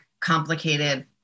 complicated